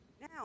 Now